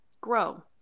grow